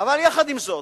עם זאת,